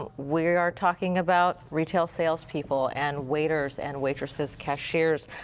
ah we are talking about retail salespeople. and waiters and waitresses, cashiers,